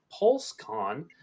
PulseCon